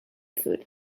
food